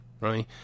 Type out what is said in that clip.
right